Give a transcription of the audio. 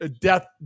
death